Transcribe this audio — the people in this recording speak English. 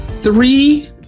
Three